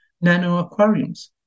nano-aquariums